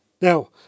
Now